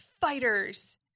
fighters